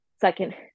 second